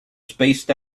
spaced